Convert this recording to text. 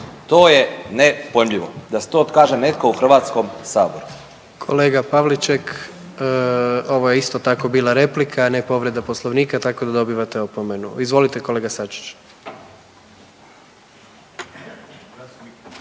To je nepojmljivo da to kaže neko u HS-u. **Jandroković, Gordan (HDZ)** Kolega Pavliček ovo je isto tako bila replika, a ne povreda Poslovnika tako da dobivate opomenu. Izvolite kolega Sačić.